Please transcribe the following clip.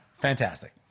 fantastic